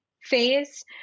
phase